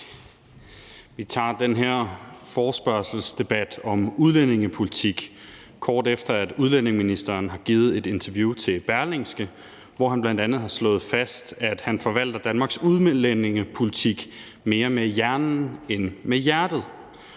Vi tager den her forespørgselsdebat om udlændingepolitik, kort efter at udlændingeministeren har givet et interview til Berlingske, hvor han bl.a. har slået fast, at han forvalter Danmarks udlændingepolitik mere med hjernen end med hjertet.